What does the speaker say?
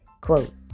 quote